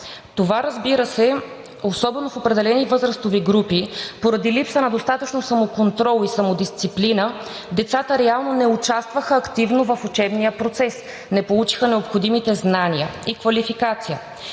Това, разбира се, особено в определени възрастови групи поради липса на достатъчно самоконтрол и самодисциплина децата реално не участваха активно в учебния процес, не получиха необходимите знания и квалификация.